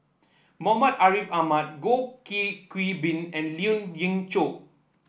Muhammad Ariff Ahmad Goh Qiu Bin and Lien Ying Chow